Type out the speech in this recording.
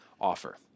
offer